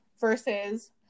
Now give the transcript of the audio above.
versus